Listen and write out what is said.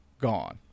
gone